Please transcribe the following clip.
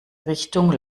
richtung